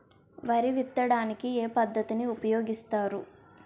వరి విత్తడానికి ఏ పద్ధతిని ఉపయోగిస్తారు?